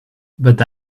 but